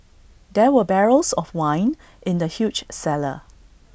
there were barrels of wine in the huge cellar